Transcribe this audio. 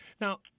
now